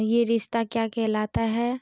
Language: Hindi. ये रिश्ता क्या कहलाता है